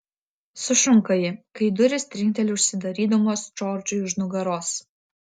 sušunka ji kai durys trinkteli užsidarydamos džordžui už nugaros